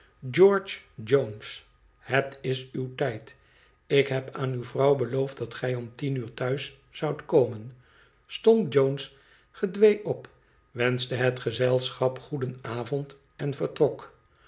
george jones het is uw tijd ik heb aan uwe vrouw beloofd dat gij om tien uur thuis zoudt komen stond jones gedwee op wenschte het gezelschap goedenavond en vertrok